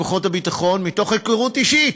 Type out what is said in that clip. מתוך היכרות אישית,